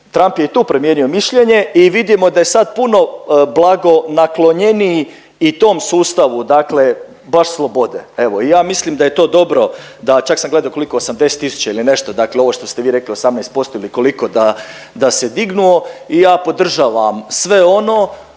Trump je tu promijenio mišljenje i vidimo da je sad puno blago naklonjeniji i tom sustavu dakle baš slobode. Evo i ja mislim da je to dobro da čak sam gledao koliko 80 tisuća ili nešto, dakle ovo što ste vi rekli 18% ili koliko da, da se dignuo. I ja podržavam sve ono